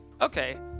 okay